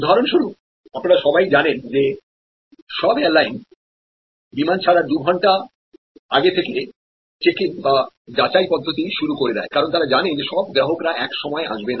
উদাহরণস্বরূপ আপনারা সবাই জানেন যে সব এয়ারলাইন্স বিমান ছাড়ার দুঘণ্টা আগে থেকে চেক ইন পদ্ধতি শুরু করে দেয় কারণ তারা জানে যে সব গ্রাহকরা এক সময় আসবে না